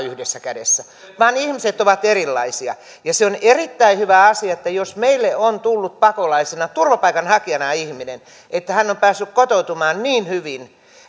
on yhdessä kädessä vaan ihmiset ovat erilaisia ja se on erittäin hyvä asia jos meille on tullut pakolaisena turvapaikanhakijana ihminen ja hän on päässyt kotoutumaan niin hyvin